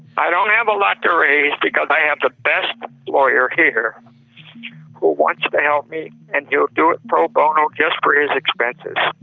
i don't have a lot to raise because i have the best lawyer here who wants to help me and he'll do it pro bono just for his expenses.